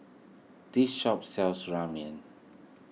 this shop sells Ramen